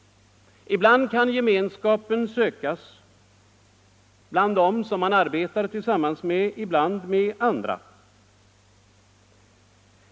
Ibland kan gemenskapen sökas bland dem som man arbetar tillsammans med, ibland hos andra.